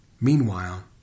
Meanwhile